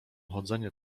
chodzenie